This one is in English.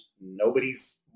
nobody's